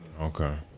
Okay